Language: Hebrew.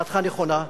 דעתך נכונה,